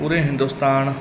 ਪੂਰੇ ਹਿੰਦੁਸਤਾਨ ਦਾ